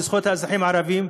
לזכויות האזרחים הערבים,